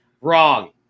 Wrong